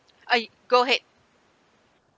go ahead